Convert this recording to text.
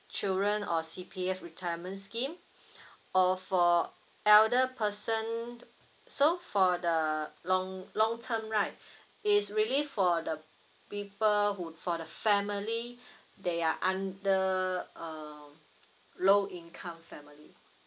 children or C_P_F retirement scheme or for elder person so for the long long term right it's really for the people who for the family that are under um low income family